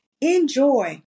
Enjoy